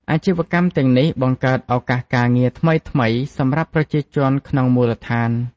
អាជីវកម្មទាំងនេះបង្កើតឱកាសការងារថ្មីៗសម្រាប់ប្រជាជនក្នុងមូលដ្ឋាន។